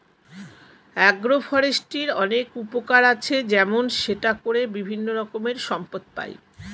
agro ফরেস্ট্রির অনেক উপকার আছে, যেমন সেটা করে বিভিন্ন রকমের সম্পদ পাই